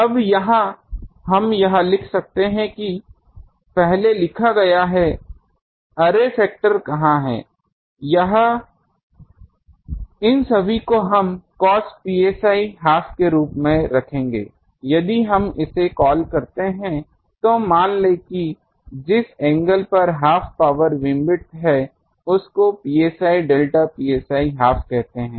अब यहाँ हम यह लिख सकते हैं कि पहले लिखा गया अर्रे फैक्टर कहाँ है यहाँ इन सभी को हम cos psi हाफ के रूप में रखेंगे यदि हम इसे कॉल करते हैं तो मान लें कि जिस एंगल पर हाफ पावर बीमविड्थ है उस को psi डेल्टा psi हाफ कहते हैं